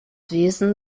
wesen